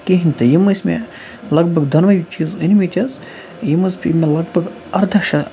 کِہیٖنۍ تہِ یِم ٲسۍ مےٚ لگ بگ دۄنوٕے چیٖز أنۍ مٕتۍ حظ یِم حظ پے مےٚ لگ بگ ارداہ شَہ